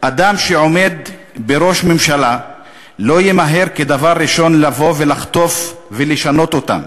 "אדם שעומד בראש הממשלה לא ימהר כדבר ראשון לבוא ולחטוף ולשנות אותם.